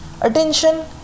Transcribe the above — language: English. Attention